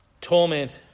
torment